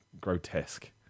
grotesque